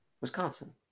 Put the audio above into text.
Wisconsin